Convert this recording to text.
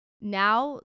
now